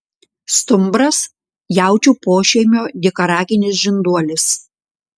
stumbras jaučių pošeimio dykaraginis žinduolis